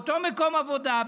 באותו מקום עבודה,